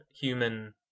human